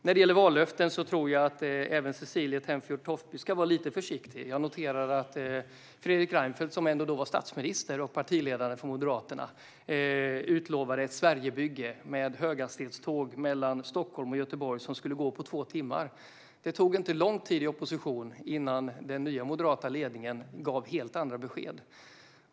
När det gäller vallöften tror jag att även Cecilie Tenfjord-Toftby ska vara lite försiktig. Fredrik Reinfeldt, som ändå var statsminister och partiledare för Moderaterna, utlovade ett Sverigebygge med höghastighetståg som skulle gå mellan Stockholm och Göteborg på två timmar. Det tog inte lång tid i opposition innan den nya moderata ledningen gav helt andra besked.